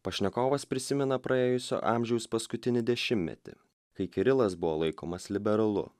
pašnekovas prisimena praėjusio amžiaus paskutinį dešimtmetį kai kirilas buvo laikomas liberalu